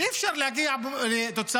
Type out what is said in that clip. אי-אפשר להגיע לתוצאות